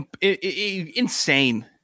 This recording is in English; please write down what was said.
insane